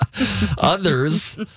Others